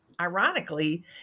ironically